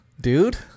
dude